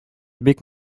бик